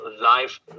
life